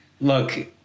Look